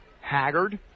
Haggard